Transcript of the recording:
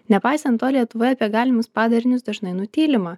nepaisant to lietuvoje apie galimus padarinius dažnai nutylima